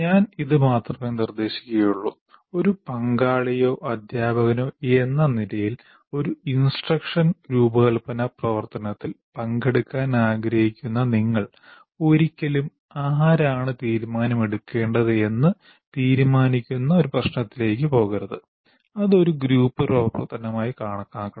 ഞാൻ ഇത് മാത്രമേ നിർദ്ദേശിക്കുകയുള്ളൂ ഒരു പങ്കാളിയോ അധ്യാപകനോ എന്ന നിലയിൽ ഒരു ഇൻസ്ട്രക്ഷൻ രൂപകൽപ്പന പ്രവർത്തനത്തിൽ പങ്കെടുക്കാൻ ആഗ്രഹിക്കുന്ന നിങ്ങൾ ഒരിക്കലും ആരാണ് തീരുമാനം എടുക്കേണ്ടതെന്ന് തീരുമാനിക്കുന്ന പ്രശ്നത്തിലേക്ക് പോകരുത് അത് ഒരു ഗ്രൂപ്പ് പ്രവർത്തനമായി കണക്കാക്കണം